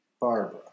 Barbara